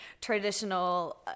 traditional